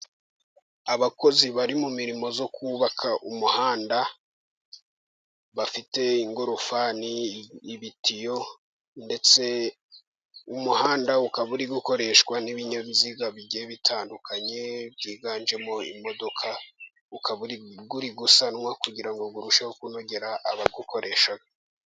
Abakozi bari mu mirimo yo kubaka umuhanda, bafite ingorofani n'ibitiyo ndetse umuhanda ukaba uri gukoreshwa n'ibinyabiziga bigiye bitandukanye, byiganjemo imodoka, ukaba uri gusanwa kugira ngo urusheho kunogera abawukoresha.